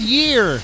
year